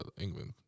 England